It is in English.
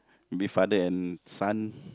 maybe father and son